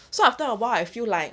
so after a while I feel like